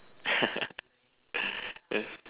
that's